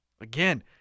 Again